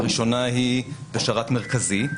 הראשונה, היא בשרת מרכזי,